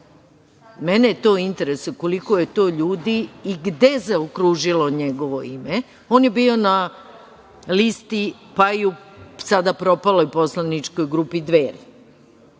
Mene to interesuje, koliko je to ljudi i gde zaokružilo njegovo ime. On je bio na listi, pa i u sada propaloj poslaničkoj grupi Dveri.